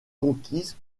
conquise